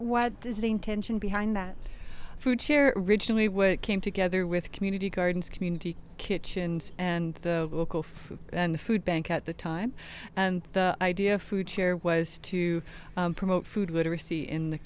what does the intention behind that food share originally where it came together with community gardens community kitchens and food and the food bank at the time and the idea of food share was to promote food water see in the